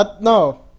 No